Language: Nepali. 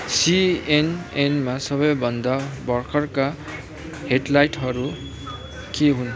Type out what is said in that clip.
सी एन एनमा सबैभन्दा भर्खरका हेडलाइटहरू के हुन्